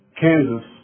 Kansas